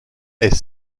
est